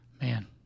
Man